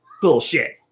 bullshit